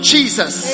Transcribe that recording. Jesus